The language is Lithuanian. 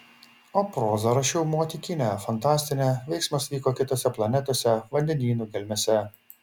o prozą rašiau nuotykinę fantastinę veiksmas vyko kitose planetose vandenynų gelmėse